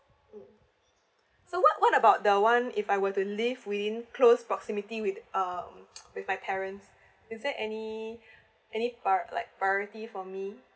mm so what what about the one if I were to live within close proximity with uh with my parents is there any any part like priority for me